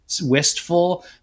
wistful